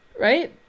Right